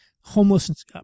Homelessness